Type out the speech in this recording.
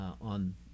on